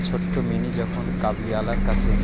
ছোট্ট মিনি যখন কাবুলিওয়ালার কাছে